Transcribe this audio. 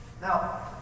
Now